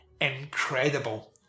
incredible